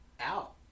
out